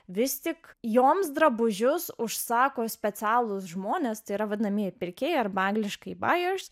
vis tik joms drabužius užsako specialūs žmonės tai yra vadinamieji pirkėjai arba angliškai bajus